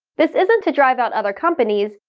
this isn't to drive out other companies,